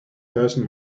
person